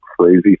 crazy